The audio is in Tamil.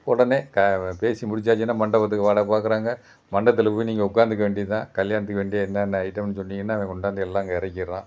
உடனே க பேசி முடிச்சாச்சுன்னால் மண்டபத்துக்கு வாடகை பார்க்குறாங்க மண்டபத்தில் போய் நீங்கள் உட்காந்துக்க வேண்டியது தான் கல்யாணத்துக்கு வேண்டிய என்னென்ன ஐட்டம்னு சொன்னிங்கனால் கொண்டாந்து எல்லாம் அங்கே இறக்கிர்றான்